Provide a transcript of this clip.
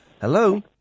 Hello